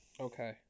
Okay